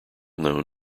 known